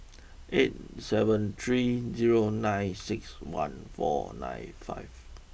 eight seven three zero nine six one four nine five